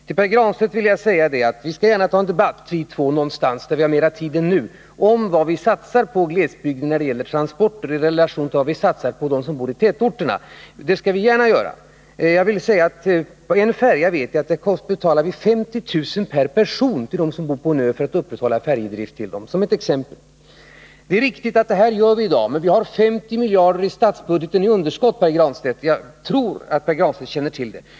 Till Pär Granstedt vill jag säga att vi två gärna kan ta en debatt när vi har mera tid än nu om vad vi satsar på glesbygden när det gäller transporter i relation till vad vi satsar på tätorterna. Jag vill som ett exempel nämna att jag vet att vi för att upprätthålla färjedriften för befolkningen på en ö betalar 50 000 kr. för varje person som bor där. Det är riktigt att vi gör detta i dag. Men, Pär Granstedt, vi har 50 miljarder i underskott i statsbudgeten — jag tror att Pär Granstedt känner till det.